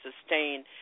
sustain